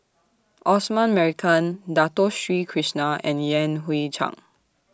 Osman Merican Dato Sri Krishna and Yan Hui Chang